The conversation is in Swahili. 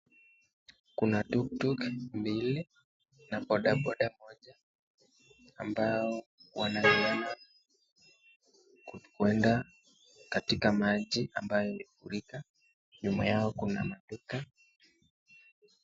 Kuna tuktuk mbili na bodaboda moja ambao wanang'ang'ana kuenda katika maji ambayo imefurika. Nyuma yao kuna maduka.